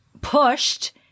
pushed